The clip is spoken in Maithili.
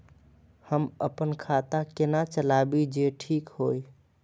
हम अपन खाता केना चलाबी जे ठीक होय?